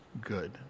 good